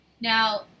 Now